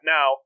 Now